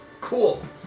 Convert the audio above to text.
Cool